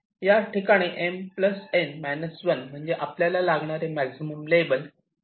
याठिकाणी M N 1 म्हणजे आपल्याला लागणारे मॅक्झिमम लेबल मी वापरू शकतो